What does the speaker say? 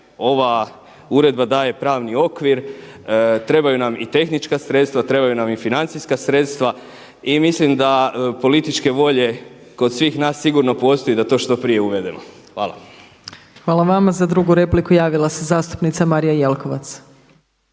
ova uredba daje pravni okvir, trebaju nam i tehnička sredstva, trebaju nam i financijska sredstva. I mislim da političke volje kod svih nas sigurno postoji da to što prije uvedemo. Hvala. **Opačić, Milanka (SDP)** Hvala vama. Za drugu repliku javila se zastupnica Marija Jelkovac.